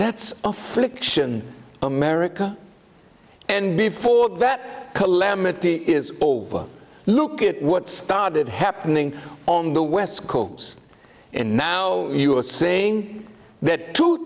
that's affliction america and before that calamity is over look at what started happening on the west coast and now you are saying t